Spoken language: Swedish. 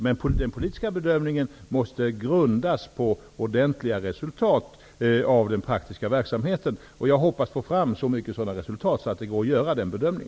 Men en sådan måste grundas på ordentliga resultat av den praktiska verksamheten. Jag hoppas att det blir möjligt att få fram så mycket att det går att göra en bedömning.